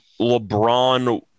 LeBron